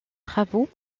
travaux